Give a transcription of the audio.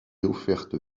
offerte